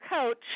coach